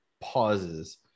pauses